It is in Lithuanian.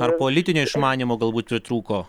ar politinio išmanymo galbūt pritrūko